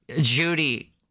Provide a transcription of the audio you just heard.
judy